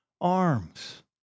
arms